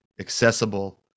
accessible